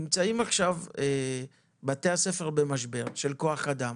נמצאים עכשיו בתי הספר במשבר של כוח אדם